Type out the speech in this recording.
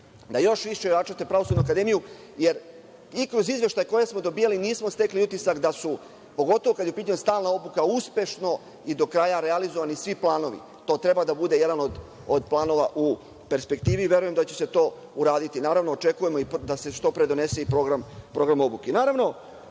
da još više ojačate Pravosudnu akademiju, jer i kroz izveštaje koje smo dobijali nismo stekli utisak da su, pogotovo kada je u pitanju stalna obuka, uspešno i do kraja realizovani svi planovi. To treba da bude jedan od planova u perspektivi i verujem da će se to uraditi. Naravno, očekujemo da se što pre donese i program